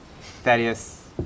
Thaddeus